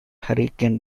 hurricane